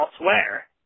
elsewhere